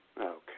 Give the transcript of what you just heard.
Okay